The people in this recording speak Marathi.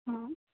हां